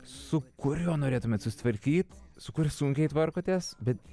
su kuriuo norėtumėt susitvarkyt su kuriuo sunkiai tvarkotės bet